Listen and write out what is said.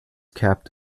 capped